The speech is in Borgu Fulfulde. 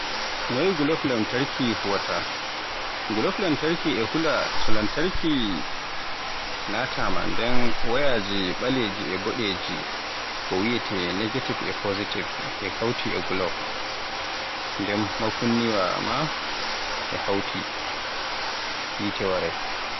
Noy gulob lamtarki huwaata, gulob lamtarki e huwa to lamtarki wataama, nden wayaaji ɓaleji e bodeji e kawti e golob e nden makunniwa e hawti, hite waray.